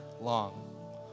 long